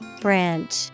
Branch